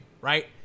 right